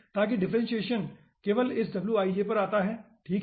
ताकि डिफ्रेंसियेसन केवल इस Wij पर आता है ठीक है